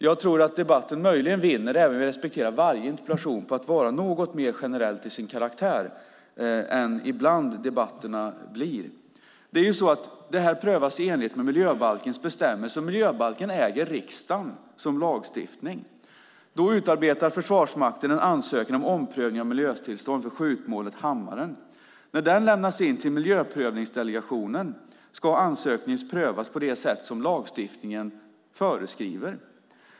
Jag tror att debatterna vinner på om varje interpellation blir något mer generell till sin karaktär än vad de nu ibland är. Detta prövas i enlighet med miljöbalkens bestämmelser. Riksdagen äger miljöbalken som lagstiftning. Försvarsmakten utarbetar en ansökan om omprövning av miljötillstånd för skjutmålet Hammaren. När den lämnas till miljöprövningsdelegationen ska ansökan prövas på det sätt som lagstiftningen föreskriver.